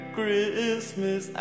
Christmas